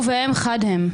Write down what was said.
הוא והם חד הם.